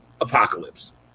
Apocalypse